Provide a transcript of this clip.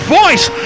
voice